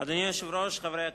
חברי הכנסת,